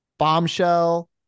Bombshell